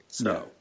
No